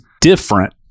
different